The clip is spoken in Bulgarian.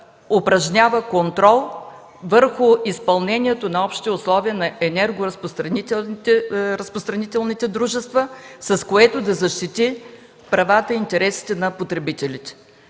упражнява контрол върху изпълнението на общите условия на енергоразпределителните дружества, с което да защити правата и интересите на потребителите.